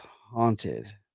haunted